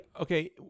okay